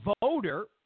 voter